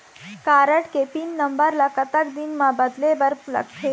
Card के pin number ला कतक दिन म बदले बर लगथे?